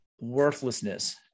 worthlessness